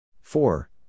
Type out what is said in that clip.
Four